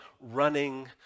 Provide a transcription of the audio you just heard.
running